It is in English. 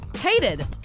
hated